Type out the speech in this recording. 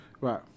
Right